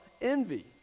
envy